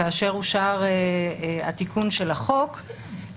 כאשר אושר התיקון של החוק,